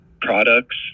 products